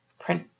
print